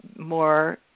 more